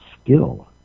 skill